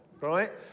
right